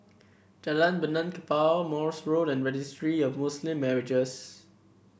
Jalan Benaan Kapal Morse Road and Registry of Muslim Marriages